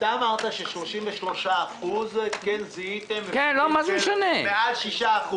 אמרת ש-33% זיהיתם שיש אצלם ירידה של יותר מ-6%.